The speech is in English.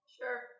Sure